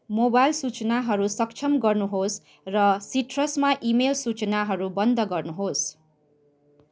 mobile सूचनाहरू सक्षम गर्नुहोस् र सिट्रसमा इमेल सूचनाहरू बन्द गर्नुहोस्